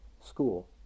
school